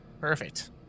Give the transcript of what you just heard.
Perfect